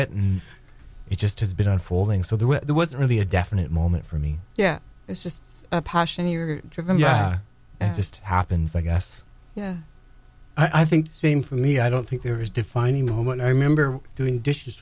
it and it just has been unfolding so there was really a definite moment for me yeah it's just a passion you're driven yeah and just happens i guess yeah i think the same for me i don't think there is a defining moment i remember doing dishes